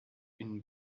une